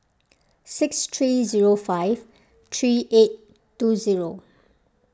six three zero five three eight two zero